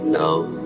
love